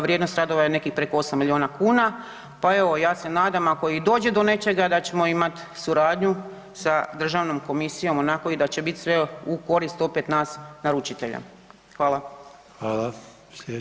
Vrijednost radova je nekih preko 8 milijuna kuna, pa evo ja se nadam ako i dođe do nečega da ćemo imati suradnju sa Državnom komisijom onako i da će bit sve u korist opet nas naručitelja.